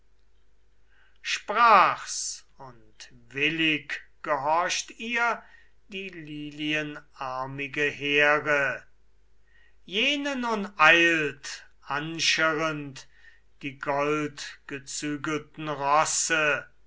sprach's und willig gehorcht ihr die lilienarmige here jene nun eilt anschirrend die goldgezügelten rosse